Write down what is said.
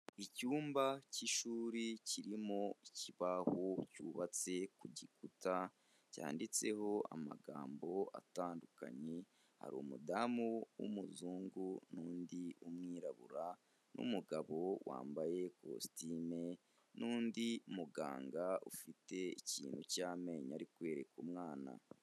Icyumba cy'ishuri kirimo ikibaho cyubatse ku gikuta cyanditseho amagambo atandukanye, hari umudamu w'umuzungu n'undi w'umwirabura n'umugabo wambaye ikositime n'undi muganga ufite ikintu cy'amenyo ari kwereka umwana.